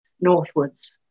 northwards